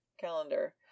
calendar